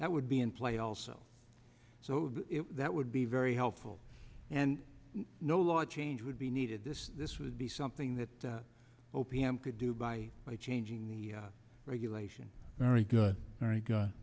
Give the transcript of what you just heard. that would be in play also so that would be very helpful and no law change would be needed this this would be something that o p m could do by by changing the regulation very good very good